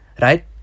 right